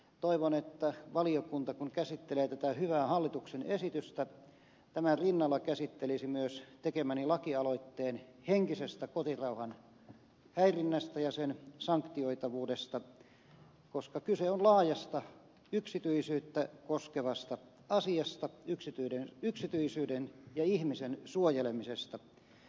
toivon että valiokunta kun käsittelee tätä hyvää hallituksen esitystä se tämän rinnalla käsittelisi myös tekemäni lakialoitteen henkisestä kotirauhan häirinnästä ja sen sanktioitavuudesta koska kyse on laajasta yksityisyyttä koskevasta asiasta yksityisyyden ja ihmisen suojelemisesta